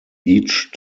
each